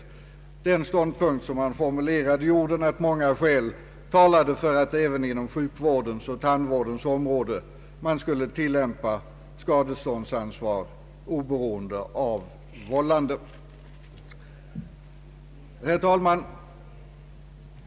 Jag tänker på den ståndpunkt som man formulerat i orden att många skäl talar för att man även inom sjukvårdens och tandvårdens område skulle tillämpa skadeståndsansvar oberoende av vållande. Herr talman!